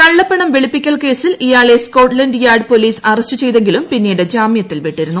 കള്ളപ്പണം വെളുപ്പിക്കൽ കേസിൽ ഇയാളെ സ്കോട്ലെന്റ്യാർഡ് പൊലീസ് അറസ്റ്റു ചെയ്തെങ്കിലും പിന്നീട് ജാമൃത്തിൽ വിട്ടിരുന്നു